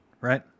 right